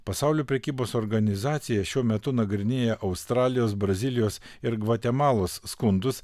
pasaulio prekybos organizacija šiuo metu nagrinėja australijos brazilijos ir gvatemalos skundus